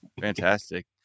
Fantastic